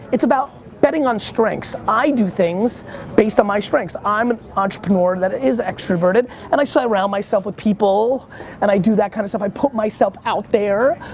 it's about betting on strengths. i do things based on my strengths. i'm an entrepreneur that is extroverted and i surround myself with people and i do that kind of stuff. i put myself out there.